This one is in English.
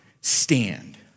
Stand